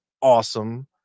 awesome